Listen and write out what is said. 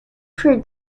for